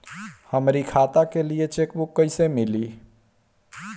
हमरी खाता के लिए चेकबुक कईसे मिली?